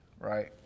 Right